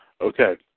Okay